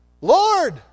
Lord